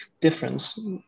difference